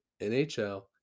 NHL